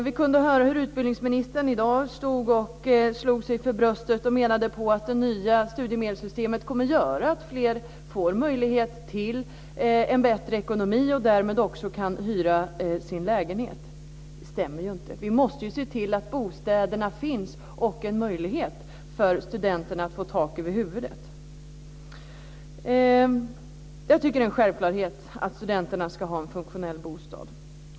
Vi kunde höra hur utbildningsministern i dag stod och slog sig för bröstet och menade att det nya studiemedelssystemet kommer att göra att fler får möjlighet till en bättre ekonomi och därmed också kan hyra sin lägenhet. Det stämmer inte. Vi måste se till att bostäderna finns och att det finns en möjlighet för studenterna att få tak över huvudet. Jag tycker att det är en självklarhet att studenterna ska ha en funktionell bostad.